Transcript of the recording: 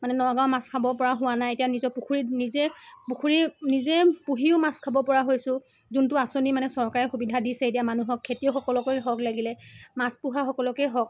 মানে নগাঁৱৰ মাছ খাব পৰা হোৱা নাই এতিয়া নিজৰ পুখুৰীত নিজে পুখুৰী নিজে পুহিও মাছ খাব পৰা হৈছো যোনটো আঁচনি মানে চৰকাৰে সুবিধা দিছে এতিয়া মানুহক খেতিয়কসকলকে হওক লাগিলে মাছ পোহাসকলকে হওক